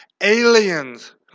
Aliens